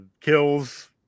kills